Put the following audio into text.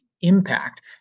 impact